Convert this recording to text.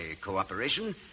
cooperation